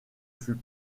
fut